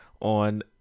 on